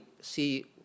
see